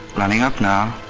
running up now.